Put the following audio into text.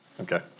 Okay